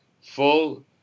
full